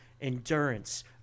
endurance